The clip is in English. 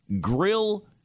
grill